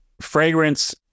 fragrance